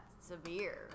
severe